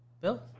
Bill